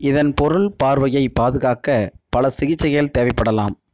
இதன் பொருள் பார்வையைப் பாதுகாக்க பல சிகிச்சைகள் தேவைப்படலாம்